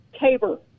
Tabor